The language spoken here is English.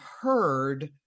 heard